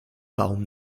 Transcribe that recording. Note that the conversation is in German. baum